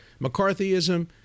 McCarthyism